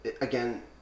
again